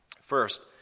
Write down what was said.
First